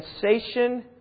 sensation